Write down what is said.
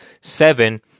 seven